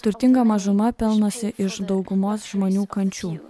turtinga mažuma pelnosi iš daugumos žmonių kančių